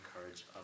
encourage